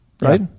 right